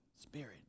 spirit